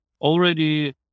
already